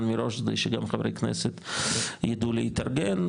מראש כדי שגם חברי כנסת יידעו להתארגן,